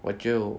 我就